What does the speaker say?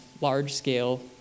large-scale